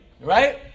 right